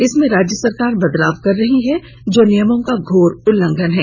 इसमें राज्य सरकार बदलाव कर रही है जो नियमों का घोर उल्लंघन है